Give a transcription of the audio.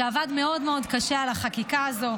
שעבד מאוד מאוד קשה על החקיקה הזו,